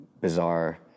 bizarre